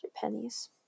pennies